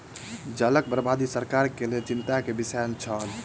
जलक बर्बादी सरकार के लेल चिंता के विषय छल